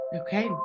Okay